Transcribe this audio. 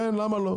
כן, למה לא?